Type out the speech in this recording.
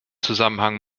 zusammenhang